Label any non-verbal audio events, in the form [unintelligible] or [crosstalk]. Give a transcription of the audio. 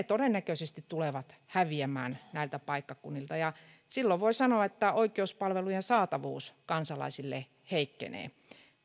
[unintelligible] todennäköisesti tulevat häviämään näiltä paikkakunnilta silloin voi sanoa että oikeuspalvelujen saatavuus kansalaisille heikkenee